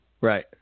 Right